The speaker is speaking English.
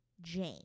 Jane